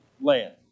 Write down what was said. land